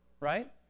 right